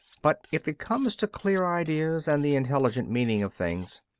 but if it comes to clear ideas and the intelligent meaning of things,